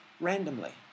randomly